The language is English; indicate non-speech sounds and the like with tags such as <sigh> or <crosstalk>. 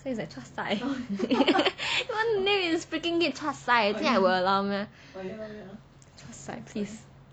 so it's like chua sai <laughs> what name is freaking named chua sai you think I will allow meh chua sai please